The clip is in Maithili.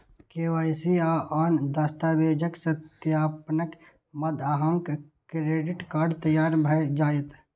के.वाई.सी आ आन दस्तावेजक सत्यापनक बाद अहांक क्रेडिट कार्ड तैयार भए जायत